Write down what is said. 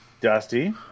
dusty